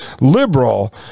liberal